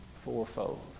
Fourfold